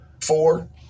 Four